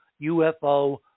UFO